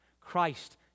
Christ